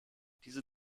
diese